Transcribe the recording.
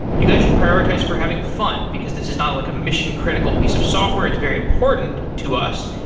you guys should prioritize for having fun, because this is not like a mission-critical piece of software, it's very important to us.